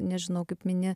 nežinau kaip mini